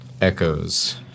echoes